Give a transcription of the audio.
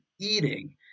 eating